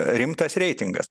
rimtas reitingas